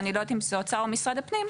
ואני לא יודעת אם זה האוצר או משרד הפנים,